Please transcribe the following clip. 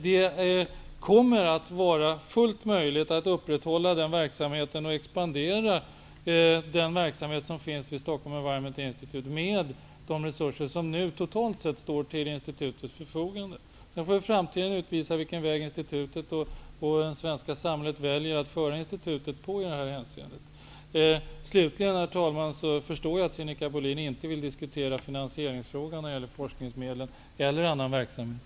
Det kommer att vara fullt möjligt att upprätthålla och expandera den verksamhet som finns vid Stockholm Environment Institute med de resurser som totalt sett står till institutets förfogande. Sedan får framtiden utvisa vilken väg institutet och det svenska samhället väljer att föra institutet i det här hänseendet. Herr talman! Jag förstår att Sinikka Bohlin inte vill diskutera finansieringsfrågan när det gäller forskning eller annan verksamhet.